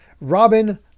Robin